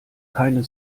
keine